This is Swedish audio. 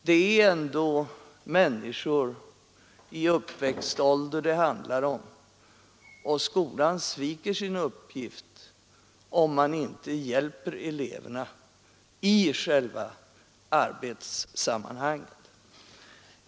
Det är ändå människor i uppväxtålder det handlar om, och skolan sviker sin uppgift om den inte hjälper eleverna i själva arbetssammanhanget.